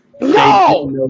No